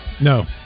No